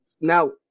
Now